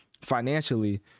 financially